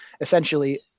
essentially